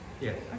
Yes